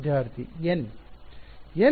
ವಿದ್ಯಾರ್ಥಿ ಎನ್